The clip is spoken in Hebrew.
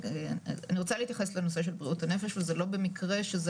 אני רוצה להתייחס לנושא של בריאות הנפש וזה לא במקרה שזה